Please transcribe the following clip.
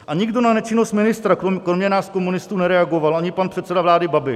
A nikdo na nečinnost ministra kromě nás komunistů nereagoval, ani pan předseda vlády Babiš.